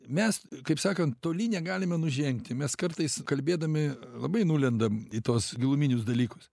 mes kaip sakant toli negalime nužengti mes kartais kalbėdami labai nulendam į tuos giluminius dalykus